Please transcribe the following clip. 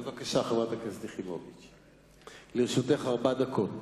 בבקשה, חברת הכנסת יחימוביץ, לרשותך ארבע דקות.